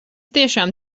tiešām